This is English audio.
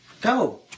Go